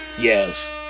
Yes